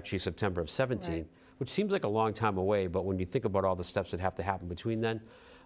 ctually september of seventeen would seem like a long time away but when you think about all the steps that have to happen between then